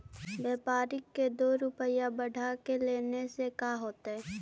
व्यापारिक के दो रूपया बढ़ा के लेने से का होता है?